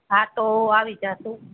હા તો આવી જઈશું